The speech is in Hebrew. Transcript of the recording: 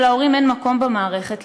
שלהורים אין מקום במערכת,